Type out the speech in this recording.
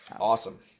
Awesome